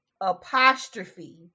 apostrophe